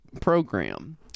program